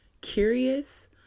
curious